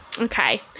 okay